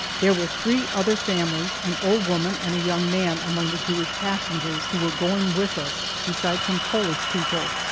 there were three other families, an old woman, and a young man, among the jewish passengers, who were going with us, besides some polish people.